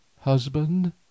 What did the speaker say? Husband